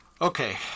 Okay